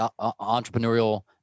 entrepreneurial